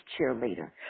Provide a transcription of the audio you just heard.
cheerleader